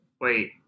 Wait